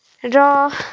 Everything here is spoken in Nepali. र